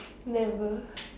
never